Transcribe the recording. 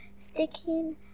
sticking